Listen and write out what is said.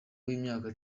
w’imyaka